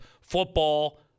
football